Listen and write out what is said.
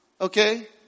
Okay